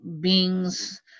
beings